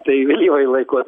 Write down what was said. tai vėlyvąjį laikot